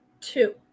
Two